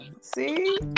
see